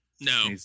No